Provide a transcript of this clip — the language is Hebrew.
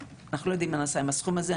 ואנחנו לא יודעים מה נעשה עם הסכום הזה.